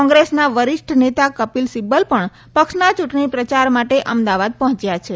કોંગ્રેસના વરિષ્ઠનેતા કપિલ સિબ્બલ પગ્ન પક્ષના ચૂંટકીપ્રચાર માટે અમદાવાદ પહોંચ્યા છે